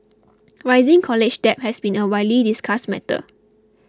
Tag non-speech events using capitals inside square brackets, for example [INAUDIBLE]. [NOISE] rising college debt has been a widely discussed matter